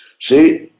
See